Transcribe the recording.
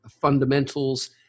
fundamentals